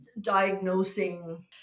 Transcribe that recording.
diagnosing